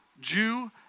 Jew